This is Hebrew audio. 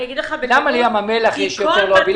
למה לים המלח יש יותר לובינג?